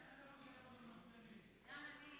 ההצעה להעביר את הנושא לוועדת העבודה,